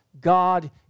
God